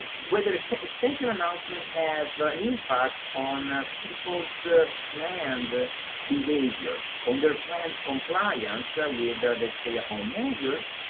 whether extension announcements have an impact on ah people's ah planned ah behavior, on their planned compliance so with the stay-at-home measures,